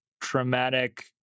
traumatic